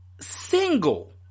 single